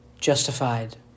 justified